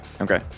Okay